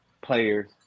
players